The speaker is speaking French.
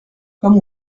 comme